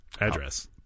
address